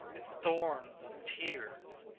its thorns and tears.